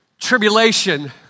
tribulation